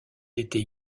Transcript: était